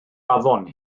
afon